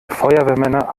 feuerwehrmänner